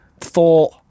thought